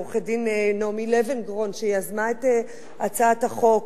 לעו"ד נעמי לבנקרון, שיזמה את הצעת החוק.